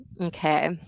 Okay